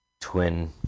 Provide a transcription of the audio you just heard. twin